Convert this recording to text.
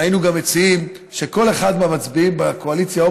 והיינו גם מציעים שכל אחד מהמצביעים בקואליציה או